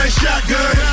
shotgun